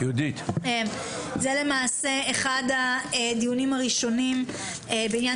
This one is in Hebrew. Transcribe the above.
זה למעשה אחד הדיונים הראשונים בעניין